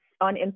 on